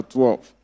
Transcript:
Twelve